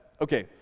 Okay